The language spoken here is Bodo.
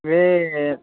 बे